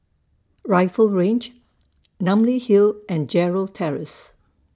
Rifle Range Namly Hill and Gerald Terrace